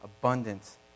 Abundance